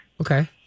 Okay